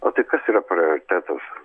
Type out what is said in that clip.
o tai kas yra prioritetas